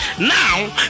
now